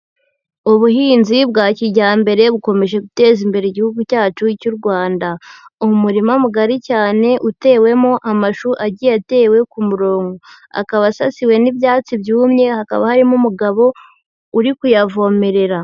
Ubuhinzi bwa kijyambere bukomeje guteza imbere Igihugu cyacu cy'u Rwanda, umurima mugari cyane utewemo amashu agiye atewe ku murongo, akaba asasiwe n'ibyatsi byumye, hakaba harimo umugabo uri kuyavomerera.